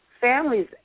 families